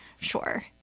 sure—